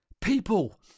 people